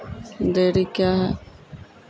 Dairy क्या हैं?